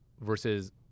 versus